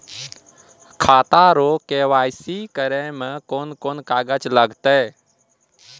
खाता रो के.वाइ.सी करै मे कोन कोन कागज लागतै?